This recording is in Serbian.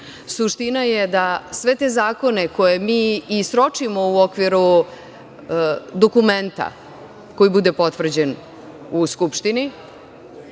Suština je da sve te zakone koje mi i sročimo u okviru dokumenta koji bude potvrđen u Skupštini,